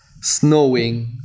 snowing